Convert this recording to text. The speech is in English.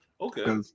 Okay